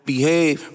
Behave